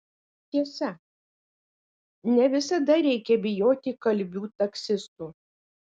tiesa ne visada reikia bijoti kalbių taksistų